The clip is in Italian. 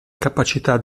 capacità